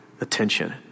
attention